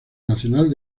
nacional